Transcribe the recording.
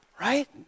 Right